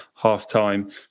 half-time